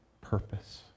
purpose